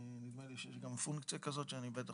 נדמה לי שיש גם פונקציה כזאת שאני לא